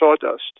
sawdust